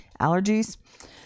Allergies